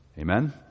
Amen